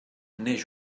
neix